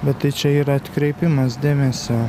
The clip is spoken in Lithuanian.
bet tai čia yra atkreipimas dėmesio